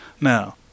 Now